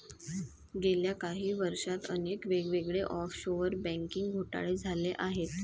गेल्या काही वर्षांत अनेक वेगवेगळे ऑफशोअर बँकिंग घोटाळे झाले आहेत